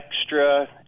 extra